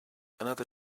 another